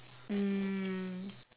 mm